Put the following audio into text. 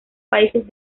países